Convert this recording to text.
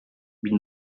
bin